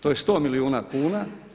To je 100 milijuna kuna.